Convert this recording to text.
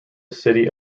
city